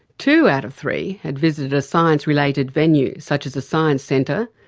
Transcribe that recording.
two out of three had visited a science-related venue, such as science centre,